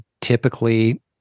typically